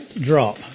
drop